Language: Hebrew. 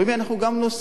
אנחנו גם נוסיף.